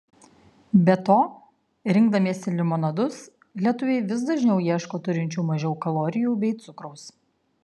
be to rinkdamiesi limonadus lietuviai vis dažniau ieško turinčių mažiau kalorijų bei cukraus